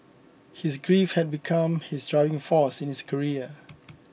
his grief had become his driving force in his career